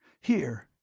here.